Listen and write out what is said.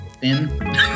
thin